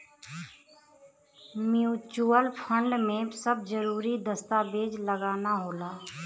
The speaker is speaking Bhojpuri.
म्यूचुअल फंड में सब जरूरी दस्तावेज लगाना होला